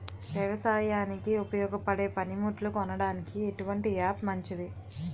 వ్యవసాయానికి ఉపయోగపడే పనిముట్లు కొనడానికి ఎటువంటి యాప్ మంచిది?